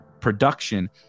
production